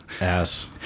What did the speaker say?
Ass